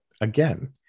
Again